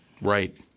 Right